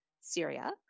Syria